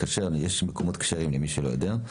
יש מקומות כשרים, למי שלא יודע.